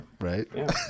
Right